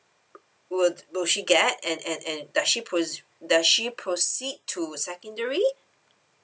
would will she get and and and does she proce~ does she proceed to secondary